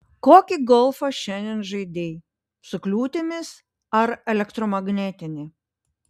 kokį golfą šiandien žaidei su kliūtimis ar elektromagnetinį